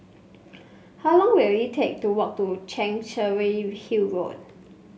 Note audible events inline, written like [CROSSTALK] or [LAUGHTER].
[NOISE] how long will it take to walk to Chancery Hill Road